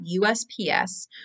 USPS